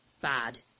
Bad